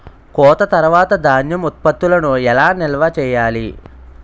కోత తర్వాత ధాన్యం ఉత్పత్తులను ఎలా నిల్వ చేయాలి?